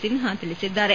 ಸಿನ್ನಾ ತಿಳಿಸಿದ್ದಾರೆ